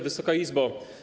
Wysoka Izbo!